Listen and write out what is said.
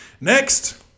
Next